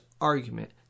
argument